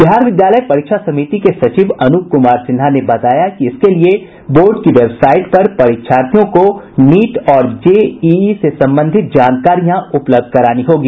बिहार विद्यालय परीक्षा समिति के सचिव अनुप कुमार सिन्हा ने बताया कि इसके लिए बोर्ड की वेबसाईट पर परीक्षार्थियों को नीट और जेईई से संबंधित जानकारियां उपलब्ध करानी होगी